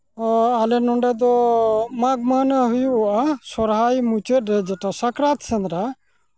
ᱟᱞᱮ ᱱᱚᱰᱮ ᱫᱚ ᱢᱟᱜᱽ ᱢᱟᱦᱱᱟᱹ ᱦᱩᱭᱩᱜᱼᱟ ᱥᱚᱨᱦᱟᱭ ᱢᱩᱪᱟᱹᱫ ᱨᱮ ᱡᱮᱴᱟ ᱥᱟᱠᱨᱟᱛ ᱥᱮᱸᱫᱽᱨᱟ